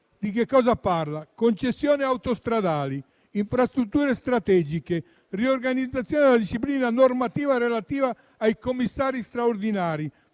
tra loro: dalle concessioni autostradali, alle infrastrutture strategiche, dalla riorganizzazione della disciplina normativa relativa ai commissari straordinari,